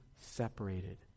separated